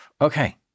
Okay